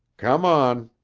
come on.